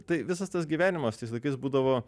tai visas tas gyvenimas tais laikais būdavo